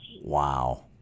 Wow